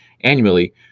annually